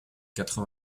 quatre